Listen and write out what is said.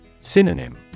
Synonym